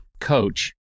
coach